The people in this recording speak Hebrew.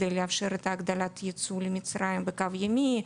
כדי לאפשר את הגדלת הייצוא למצריים בקו הימי,